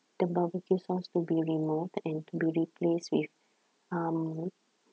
the barbecue sauce to be removed and to replace with um